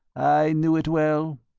i knew it well.